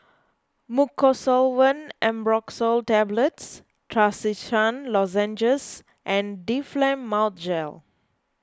Mucosolvan Ambroxol Tablets Trachisan Lozenges and Difflam Mouth Gel